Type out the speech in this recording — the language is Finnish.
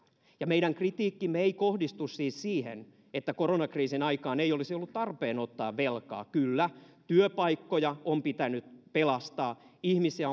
ja meidän kritiikkimme ei kohdistu siis siihen että koronakriisin aikaan ei olisi ollut tarpeen ottaa velkaa kyllä työpaikkoja on pitänyt pelastaa ihmisiä